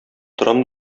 торам